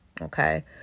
Okay